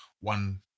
One